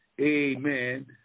amen